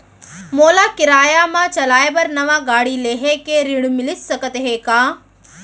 मोला किराया मा चलाए बर नवा गाड़ी लेहे के ऋण मिलिस सकत हे का?